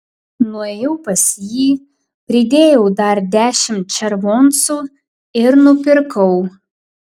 nuėjau pas jį pridėjau dar dešimt červoncų ir nupirkau